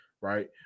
right